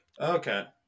Okay